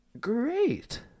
Great